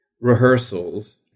rehearsals